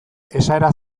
esaera